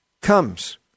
comes